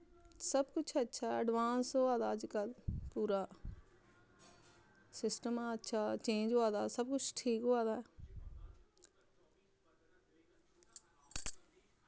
सब कुश अच्छा ऐ अडवांस होआ दा अजकल्ल पूरा सिस्टम अच्छा चेंज होआ दा सब कुछ ठीक होआ दा ऐ